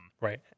right